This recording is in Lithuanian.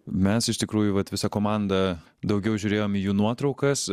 mes iš tikrųjų vat visa komanda daugiau žiūrėjom į jų nuotraukas